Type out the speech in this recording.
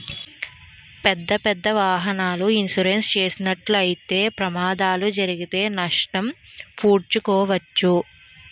పెద్దపెద్ద వాహనాలకు ఇన్సూరెన్స్ చేసినట్లయితే ప్రమాదాలు జరిగితే నష్టం పూడ్చుకోవచ్చు